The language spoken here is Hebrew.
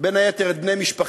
בין היתר את בני משפחתי,